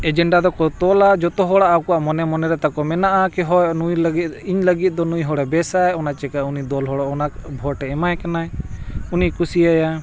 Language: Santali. ᱮᱡᱮᱱᱰᱟ ᱫᱚᱠᱚ ᱛᱚᱞᱟ ᱡᱚᱛᱚᱦᱚᱲ ᱟᱠᱚᱣᱟᱜ ᱢᱚᱱᱮ ᱢᱚᱱᱮᱨᱮ ᱛᱟᱠᱚ ᱢᱮᱱᱟᱜᱼᱟ ᱠᱤ ᱦᱚᱭ ᱱᱩᱭ ᱞᱟᱹᱜᱤᱫ ᱤᱧ ᱞᱟᱹᱜᱤᱫ ᱫᱚ ᱱᱩᱭ ᱦᱚᱲᱮ ᱵᱮᱥᱟᱭ ᱚᱱᱟ ᱪᱤᱠᱟᱹ ᱩᱱᱤ ᱫᱚᱞ ᱦᱚᱲ ᱚᱱᱟ ᱵᱷᱳᱴ ᱮᱢᱟᱭ ᱠᱟᱱᱟᱭ ᱩᱱᱤ ᱠᱩᱥᱤᱭᱟᱭᱟ